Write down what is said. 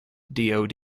dod